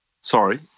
Sorry